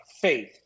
faith